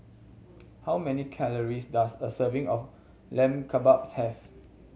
how many calories does a serving of Lamb Kebabs have